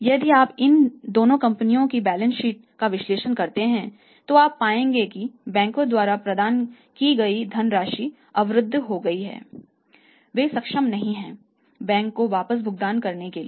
यदि आप इन दोनों कंपनियों की बैलेंस शीट का विश्लेषण करते हैं तो आप पाएंगे कि बैंकों द्वारा प्रदान की गई धनराशि अवरुद्ध हो गई है वे सक्षम नहीं हैं बैंक को वापस भुगतान करने के लिए